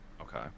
Okay